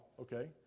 okay